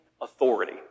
authority